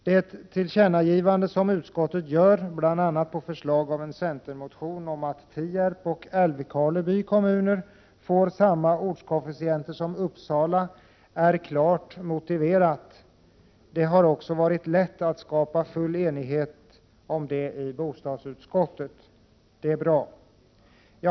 Det tillkännagivande som utskottet gör, bl.a. på förslag av en centermotion om att Tierp och Älvkarleby kommuner får samma ortskoefficient som Uppsala, är klart motiverat. Det har också varit lätt att skapa full enighet om det i bostadsutskottet. Det är bra. Herr talman!